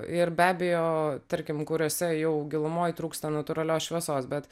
ir be abejo tarkim kuriose jau gilumoj trūksta natūralios šviesos bet